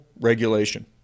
regulation